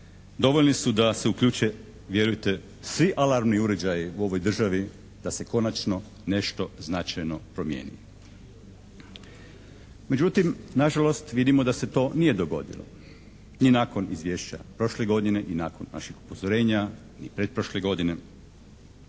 dovoljni su da se uključe vjerujte svi alarmni uređaji u ovoj državi, da se konačno nešto značajno promijeni. Međutim, nažalost vidimo da se to nije dogodilo ni nakon izvješća prošle godine i nakon naših upozorenja ni pretprošle godine